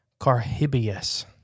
carhibius